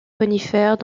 conifères